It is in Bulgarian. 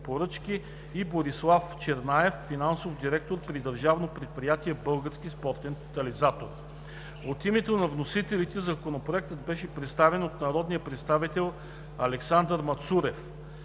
Борислав Чернаев – финансов директор при Държавно предприятие „Български спортен тотализатор“. От името на вносителите Законопроектът беше представен от народния представител Александър Мацурев.